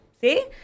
see